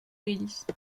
fills